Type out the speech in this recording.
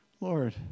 Lord